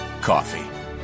coffee